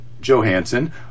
Johansson